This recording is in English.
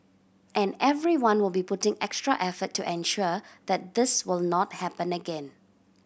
and everyone will be putting extra effort to ensure that this will not happen again